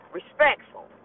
respectful